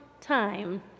time